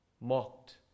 mocked